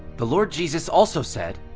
the lord jesus also said,